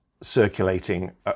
circulating